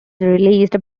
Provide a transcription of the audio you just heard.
released